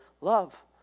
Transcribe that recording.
Love